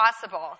possible